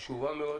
חשובה מאוד,